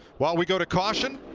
while we go to caution,